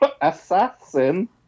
Assassin